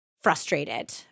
frustrated